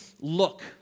look